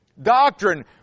doctrine